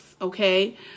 okay